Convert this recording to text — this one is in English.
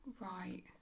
Right